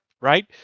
right